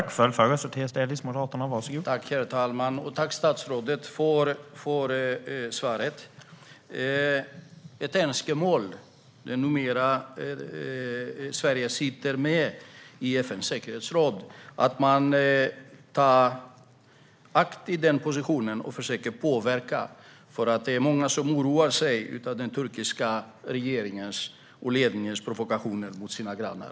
Herr talman! Tack, statsrådet, för svaret! Jag har ett önskemål, nämligen att Sverige, som numera sitter i FN:s säkerhetsråd, använder sin position och försöker påverka. Det är många som oroar sig över den turkiska regeringens och ledningens provokationer mot sina grannar.